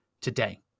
today